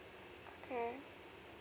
okay